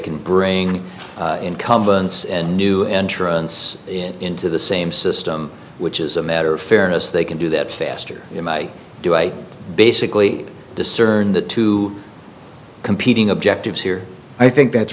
can bring incumbents and new entrants into the same system which is a matter of fairness they can do that faster do i basically discern the two competing objectives here i think that's